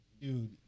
dude